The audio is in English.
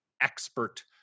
expert